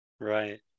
right